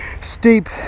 steep